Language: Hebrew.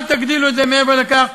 אל תגדילו את זה מעבר לכך,